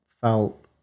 felt